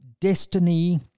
destiny